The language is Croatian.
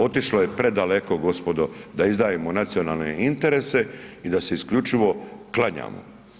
Otišlo je predaleko gospodo, da izdajemo nacionalne interese i da se isključivo klanjamo.